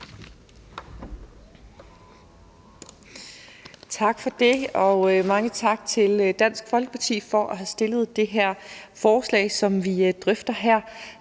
Tak for det. Og mange tak til Dansk Folkeparti for at have fremsat det forslag, som vi drøfter her.